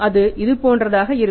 அது இது போன்றதாக இருக்கும்